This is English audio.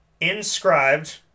inscribed